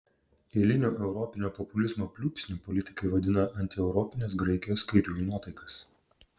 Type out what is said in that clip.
eiliniu europinio populizmo pliūpsniu politikai vadina antieuropines graikijos kairiųjų nuotaikas